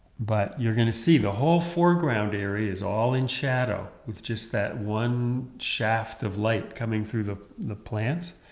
but you're going to see the whole foreground area is all in shadow with just that one shaft of light coming through the the plants,